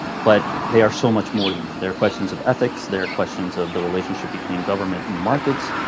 but they are so much more than that. they are questions of ethics. they are questions of the relationship between government and markets.